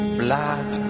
blood